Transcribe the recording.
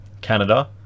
Canada